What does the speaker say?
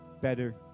better